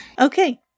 Okay